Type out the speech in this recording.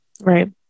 Right